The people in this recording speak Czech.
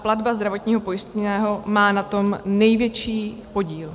Platba zdravotního pojistného má na tom největší podíl.